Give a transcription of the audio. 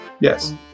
Yes